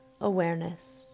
awareness